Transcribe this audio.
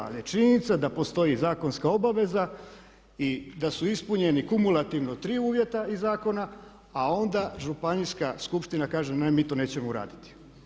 Ali je činjenica da postoji zakonska obveza i da su ispunjeni kumulativno 3 uvjeta iz zakona, a onda Županijska skupština kaže ne, mi to nećemo uraditi.